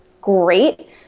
great